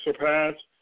surpassed